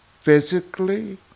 physically